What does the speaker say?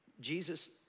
Jesus